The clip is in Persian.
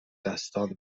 دستان